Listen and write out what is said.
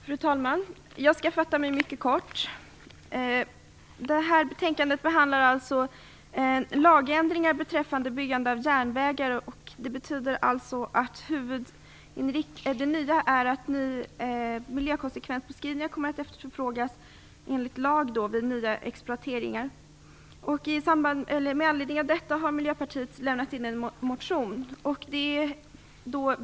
Fru talman! Jag skall fatta mig mycket kort. Det här betänkandet behandlar alltså lagändringar beträffande byggande av järnvägar. Det nya är att miljökonsekvensbeskrivningar enligt lag kommer att efterfrågas vid nya exploateringar. Med anledning av detta har Miljöpartiet lämnat in en motion.